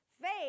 Faith